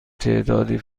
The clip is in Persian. تعدادی